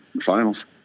Finals